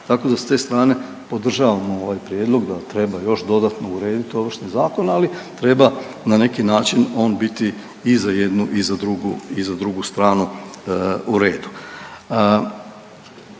Tako da s te strane podržavamo ovaj prijedlog da treba još dodatno urediti Ovršni zakon, ali treba na neki način on biti i za jednu i za drugu i za drugu